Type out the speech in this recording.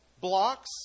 blocks